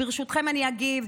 ברשותכם, אגיב.